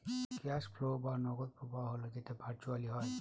cash flow বা নগদ প্রবাহ হল যেটা ভার্চুয়ালি হয়